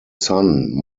son